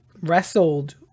wrestled